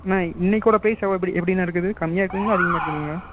அண்ணா இன்றைக்கோட ப்ரைஸ் எவ்வளோ எப்படிண்ணா இருக்குது கம்மியாக இருக்குதுங்களா அதிகமாக இருக்குதுங்களா